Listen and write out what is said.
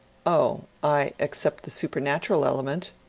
oh, i accept the supernatural element.